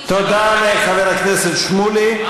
תודה לחבר הכנסת שמולי.